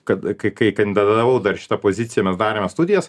kad kai kai kandidatavau dar į šitą poziciją mes darėmės studijas